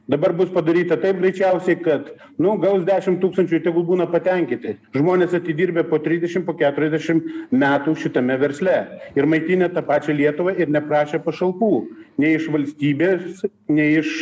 dabar bus padaryta taip greičiausiai kad nu gaus dešim tūkstančių tegul būna patenkinti žmonės atidirbę po trisdešim po keturiasdešim metų šitame versle ir maitinę tą pačią lietuvą ir neprašę pašalpų nei iš valstybės nei iš